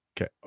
Okay